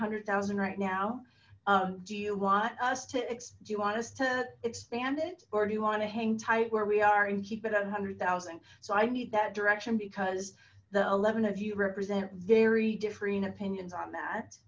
hundred thousand right now do you want us to do want us to expand it or do you want to hang tight where we are and keep it at a hundred thousand so i need that direction because the eleven of you represent very differing opinions on that